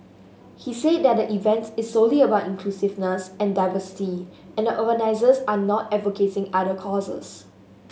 he said that the event is solely about inclusiveness and diversity and the organisers are not advocating other causes